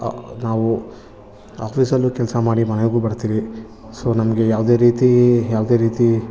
ನಾವು ಆಫೀಸಲ್ಲೂ ಕೆಲಸ ಮಾಡಿ ಮನೆಗೂ ಬರ್ತ್ತೀವಿ ಸೋ ನಮಗೆ ಯಾವುದೇ ರೀತಿ ಯಾವುದೇ ರೀತಿ